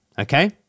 Okay